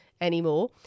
anymore